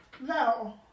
No